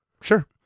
Sure